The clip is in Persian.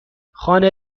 خانه